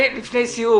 בצלאל,